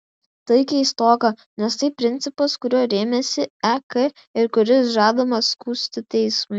tai keistoka nes tai principas kuriuo rėmėsi ek ir kuris žadamas skųsti teismui